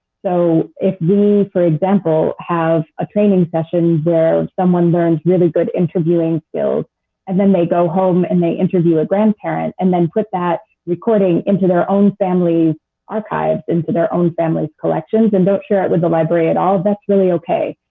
so if we, for example, have a training session where someone learning really good interviewing skills and then they go home and they interview a grandparent and then put that recording into their own family's archives, into their own family's collections, and don't share it with the library at all, that's really okay.